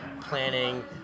planning